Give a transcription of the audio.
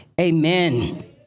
Amen